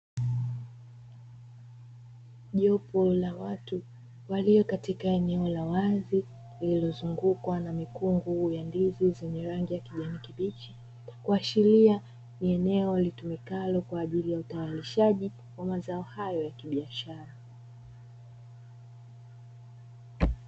Jopo la watu walio katika eneo la wazi, lililozungukwa na mikungu ya ndizi zenye rangi ya kijani kibichi, kuashiria ni eneo litumikalo kwa ajili ya utayarishaji wa mazao hayo ya kibiashara.